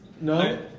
no